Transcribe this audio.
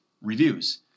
reviews